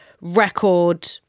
record